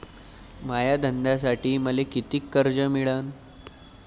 माया धंद्यासाठी मले कितीक कर्ज मिळनं?